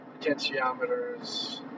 potentiometers